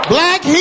Black